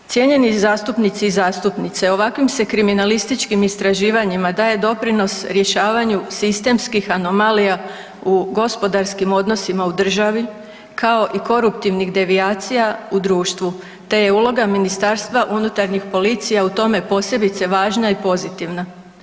H tH Cijenjeni zastupnici i zastupnice, ovakvim se kriminalističkim istraživanjima daje doprinos rješavanju sistemskih anomalija u gospodarskim odnosima u državi, kao i koruptivnih devijacija u društvu, te je uloga Ministarstva unutarnjih policija u tome posebice važna i pozitivna.